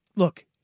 look